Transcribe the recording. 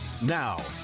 now